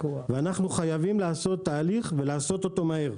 אנחנו חייבים לעשות תהליך ולעשות אותו מהר.